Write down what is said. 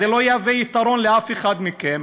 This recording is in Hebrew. אז זה לא יהווה יתרון לאף אחד מכם.